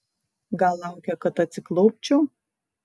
gal laukia kad atsiklaupčiau